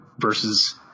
versus